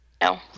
no